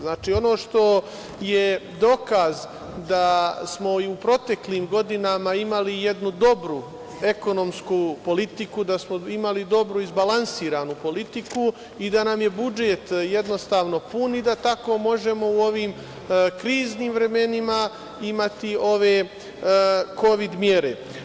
Znači, ono što je dokaz da smo i u proteklim godinama imali jednu dobru ekonomsku politiku, da smo imali dobro izbalansiranu politiku i da nam je budžet jednostavno pun i da tako možemo u ovim kriznim vremenima imati ove kovid mere.